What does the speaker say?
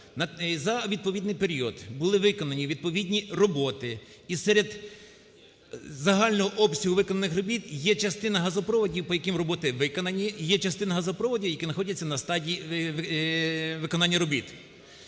За відповідний період були виконані відповідні роботи, і серед загального обсягу виконаних робіт є частина газопроводів, по яким роботи виконані, є частина газопроводів, які знаходяться на стадії виконання робіт.